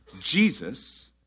Jesus